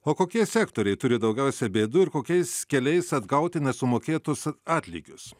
o kokie sektoriai turi daugiausiai bėdų ir kokiais keliais atgauti nesumokėtus atlygius